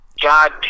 God